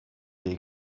they